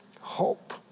Hope